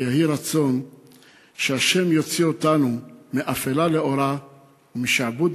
ויהי רצון שה' יוציא אותנו מאפלה לאורה ומשעבוד